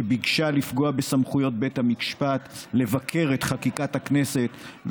שביקשה לפגוע בסמכויות בית המשפט לבקר את חקיקת הכנסת,